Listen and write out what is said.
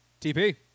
TP